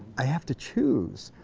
i have to choose.